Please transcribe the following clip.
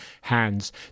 hands